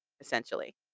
essentially